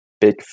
big